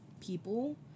people